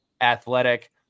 athletic